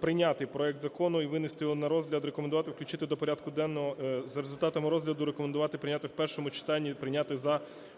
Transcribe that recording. прийняти проект закону і винести його на розгляд, рекомендувати включити до порядку денного... за результатами розгляду рекомендувати прийняти в першому читанні і прийняти за